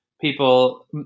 People